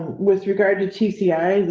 with regard to tci,